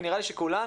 ונראה לי שכולנו,